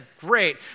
great